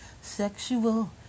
sexual